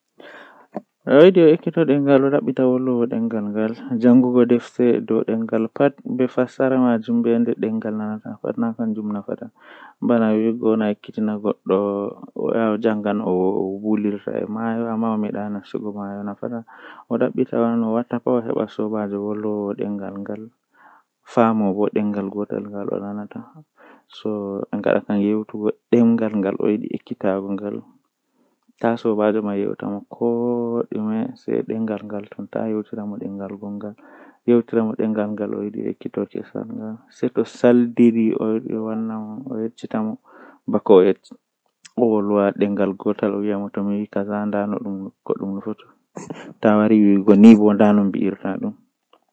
Komi defata kam mi tefan kusel malla Liɗɗi malla huunde feere belɗum, Nden kala goɗɗo fuu wawan nyamugo nden to onyami wawan vela mo.